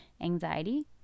anxiety